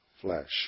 flesh